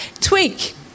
Tweak